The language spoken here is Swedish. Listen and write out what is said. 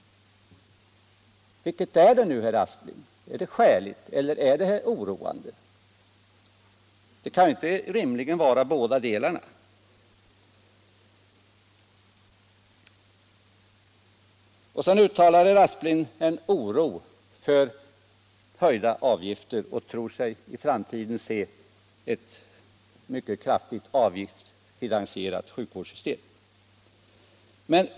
Vilketdera är det nu, herr Aspling — är det skäligt eller är det oroande? Det kan inte rimligen vara båda delarna. Sedan uttalar herr Aspling en oro för höjda avgifter och tror sig i framtiden se ett mycket kraftigt avgiftsfinansierat sjukvårdssystem.